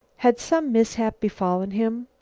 had some mishap befallen him?